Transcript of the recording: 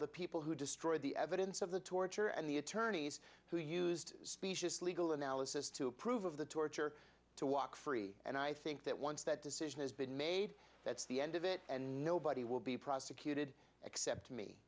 the people who destroyed the evidence of the torture and the attorneys who used specious legal analysis to approve of the torture to walk free and i think that once that decision has been made that's the end of it and nobody will be prosecuted except me